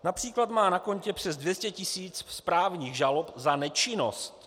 Například má na kontě přes 200 tisíc správních žalob za nečinnost.